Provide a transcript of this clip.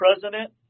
president